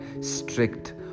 strict